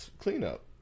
cleanup